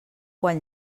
quan